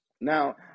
now